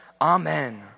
Amen